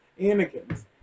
Anakin's